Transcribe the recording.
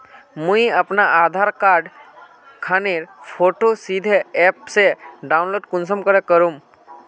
मुई अपना आधार कार्ड खानेर फोटो सीधे ऐप से डाउनलोड कुंसम करे करूम?